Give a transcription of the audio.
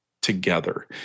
together